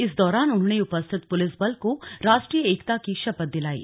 इस दौरान उन्होंने उपस्थित पुलिस बल को राष्ट्रीय एकता की शपथ दिलायी